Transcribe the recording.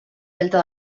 delta